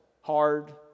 hard